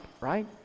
right